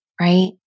right